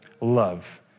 love